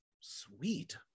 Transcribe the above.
Sweet